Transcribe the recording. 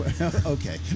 okay